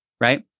Right